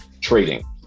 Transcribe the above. trading